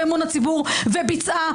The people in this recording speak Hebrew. באמון הציבור וביצעה